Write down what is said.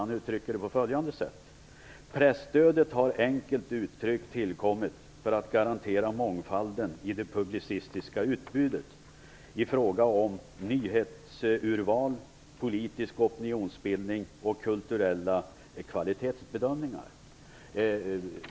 Han uttrycker det på följande sätt: "Presstödet har enkelt uttryckt tillkommit för att garantera mångfalden i det publicistiska utbudet, i fråga om nyhetsurval, politisk opinionsbildning och kulturella kvalitetsbedömningar."